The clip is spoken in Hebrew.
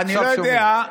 עכשיו שומעים.